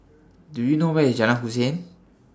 Do YOU know Where IS Jalan Hussein